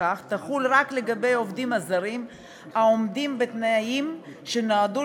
תחול רק לגבי העובדים הזרים העומדים בתנאים שנועדו